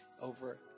over